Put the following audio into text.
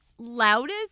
Loudest